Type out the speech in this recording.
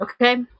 Okay